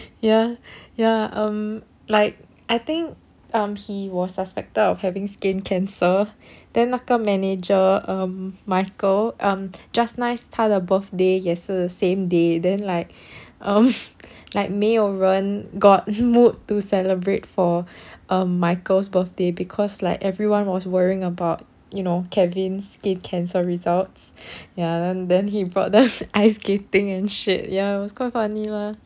ya ya um like I think he was suspected of having skin cancer then 那个 manager um michael um just nice 他的 birthday 也是 the same day then like um like 没有人 got mood to celebrate for um michael's birthday because like everyone was worrying about you know kevin skin cancer results ya then then he brought the ice skating and shit ya was quite funny lah